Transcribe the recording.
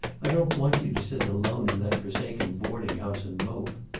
i don't want you to sit alone in that forsaken boarding-house and mope.